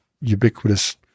ubiquitous